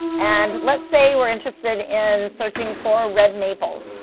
and let's say we're interested in searching for red maples.